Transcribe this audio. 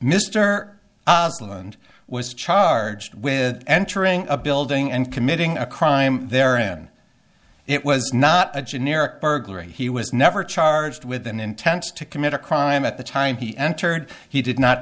ostland was charged with entering a building and committing a crime there in it was not a generic burglary he was never charged with an intent to commit a crime at the time he entered he did not